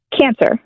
Cancer